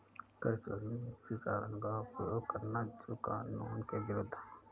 कर चोरी में ऐसे साधनों का उपयोग करना जो कानून के विरूद्ध है